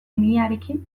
mihiarekin